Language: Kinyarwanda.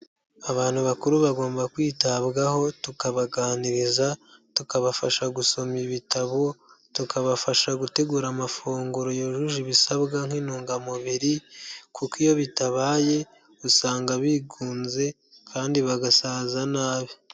Abantu bakuru bagomba kwitabwaho, tukabaganiriza, tukabafasha gusoma ibitabo, tukabafasha gutegura amafunguro yujuje ibisabwa nk'intungamubiri kuko iyo bitabaye, usanga bigunze kandi bagasaza nabi.